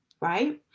right